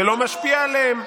זה לא משפיע עליהם,